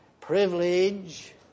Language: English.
privilege